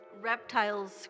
reptiles